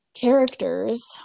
characters